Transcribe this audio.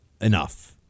enough